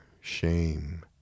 shame